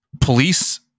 police